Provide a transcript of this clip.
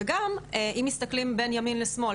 וגם אם מסתכלים בין ימין לשמאל,